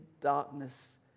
darkness